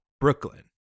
Brooklyn